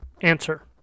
Answer